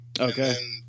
Okay